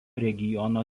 regiono